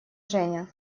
женя